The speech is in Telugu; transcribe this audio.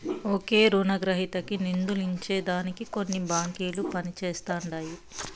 ఒకే రునగ్రహీతకి నిదులందించే దానికి కొన్ని బాంకిలు పనిజేస్తండాయి